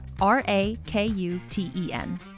R-A-K-U-T-E-N